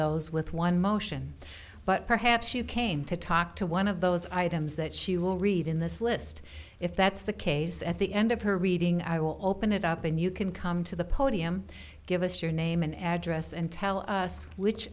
those with one motion but perhaps you came to talk to one of those items that she will read in this list if that's the case at the end of her reading i will open it up and you can come to the podium give us your name and address and tell us which